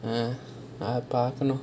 அத பாக்கணும்:atha paakanum